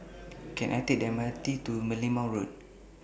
Can I Take The M R T to Merlimau Road